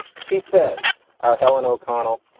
she says, our helen o'connell,